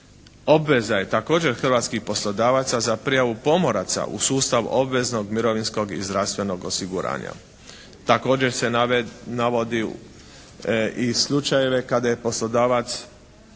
Obveza je također hrvatskih poslodavaca za prijavu pomoraca u sustav obveznog mirovinskog i zdravstvenog osiguranja. Također se navodi i slučajeve kada je poslodavac